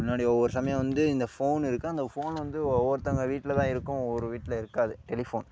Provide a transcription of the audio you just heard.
முன்னாடி ஒவ்வொரு சமயம் வந்து இந்த ஃபோனு இருக்குது அந்த ஃபோனு வந்து ஒவ்வொருத்தங்க வீட்டில் தான் இருக்கும் ஒவ்வொரு வீட்டில் இருக்காது டெலிஃபோன்